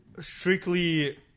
strictly